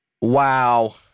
Wow